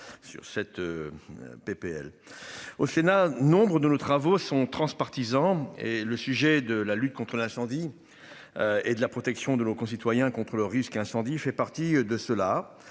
au Sénat nombres de nos travaux sont transpartisan. Et le sujet de la lutte contre l'incendie. Et de la protection de nos concitoyens contre le risque incendie fait partie de ceux-là.